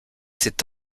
cette